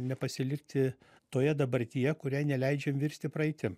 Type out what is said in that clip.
nepasilikti toje dabartyje kuriai neleidžiam virsti praeitim